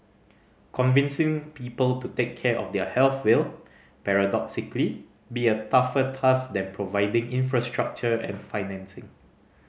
convincing people to take care of their health will paradoxically be a tougher task than providing infrastructure and financing